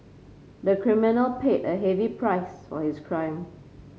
the criminal paid a heavy price for his crime